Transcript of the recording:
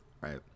right